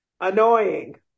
Annoying